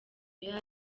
yari